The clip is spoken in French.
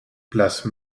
place